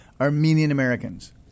Armenian-Americans